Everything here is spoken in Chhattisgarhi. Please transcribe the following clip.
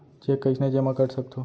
चेक कईसने जेमा कर सकथो?